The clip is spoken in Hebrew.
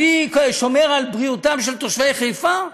אני שומר על בריאותם של תושבי חיפה.